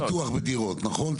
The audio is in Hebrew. אתה עושה ביטוח לדירות, נכון?